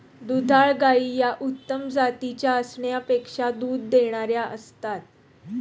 दुधाळ गायी या उत्तम जातीच्या असण्यापेक्षा दूध देणाऱ्या असतात